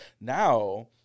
Now